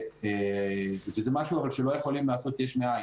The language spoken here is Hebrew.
אבל זה משהו שלא יכולים לעשות יש מאין.